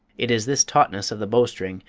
it is this tautness of the bow-string,